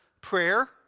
prayer